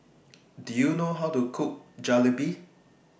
Do YOU know How to Cook Jalebi